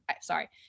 sorry